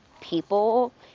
people